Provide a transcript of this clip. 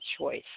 choice